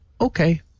Okay